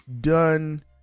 done